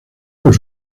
por